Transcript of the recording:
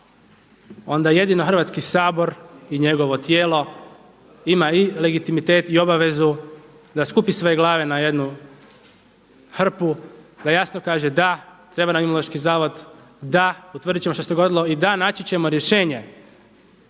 onda jedino Hrvatski sabor i njegovo tijelo ima i legitimitet i obavezu da skupi sve glave na jednu hrpu, da jasno kaže da, treba nam Imunološki zavod, da utvrdit ćemo što se dogodilo. I da, naći ćemo rješenje